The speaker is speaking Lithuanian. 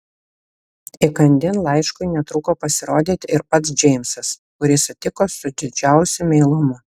įkandin laiškui netruko pasirodyti ir pats džeimsas kurį sutiko su didžiausiu meilumu